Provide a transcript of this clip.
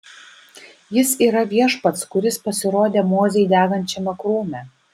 jis yra viešpats kuris pasirodė mozei degančiame krūme